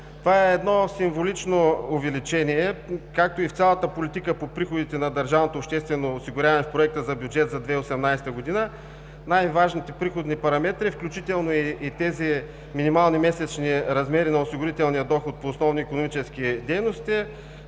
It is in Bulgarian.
Това е едно символично увеличение, както и в цялата политика по приходите на държавното обществено осигуряване в Проекта за бюджета за 2018 г. Най-важните приходни параметри, включително и тези минимални месечни размери на осигурителния доход по основни икономически дейности,